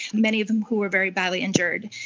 many of whom whom were very badly injured,